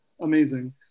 amazing